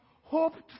hoped